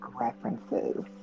references